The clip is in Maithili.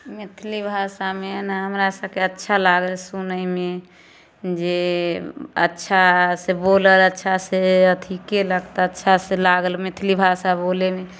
मैथिली भाषामे ने हमरा सबके अच्छा लागल सुनयमे जे अच्छा से बोलल अच्छा से अथी केलक तऽ अच्छा से लागल मैथिली भाषा बोलयमे